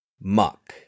Muck